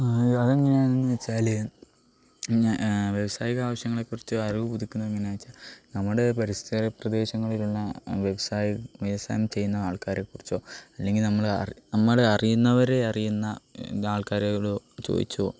അതെങ്ങനെയാണെന്ന് വെച്ചാൽ വ്യാവസായിക ആവശ്യങ്ങളെക്കുറിച്ച് അറിവ് പുതുക്കുന്നത് എങ്ങനെയാണെന്ന് വെച്ചാൽ നമ്മുടെ പരിസര പ്രദേശങ്ങളിലുള്ള വ്യവസായ വ്യവസായം ചെയ്യുന്ന ആൾക്കാരെക്കുറിച്ചോ അല്ലെങ്കിൽ നമ്മൾ നമ്മൾ അറിയുന്നവരെ അറിയുന്ന ആൾക്കാരോട് ചോദിച്ചോ